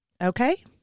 Okay